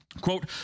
quote